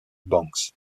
banks